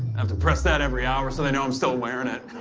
um to press that every hour so they know i'm still wearing it.